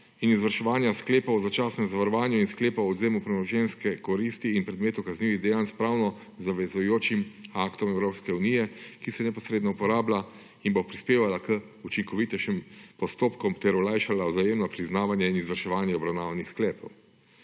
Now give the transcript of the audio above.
in izvrševanja sklepov o začasnem zavarovanju in sklepov o odvzemu premoženjske koristi in predmetov kaznivih dejanj s pravno zavezujočim aktom Evropske unije, ki se neposredno uporablja in bo prispevala k učinkovitejšim postopkom ter olajšala vzajemno priznavanje in izvrševanje obravnavanih sklepov.